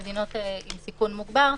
הכוונה למדינות עם סיכון מוגבר,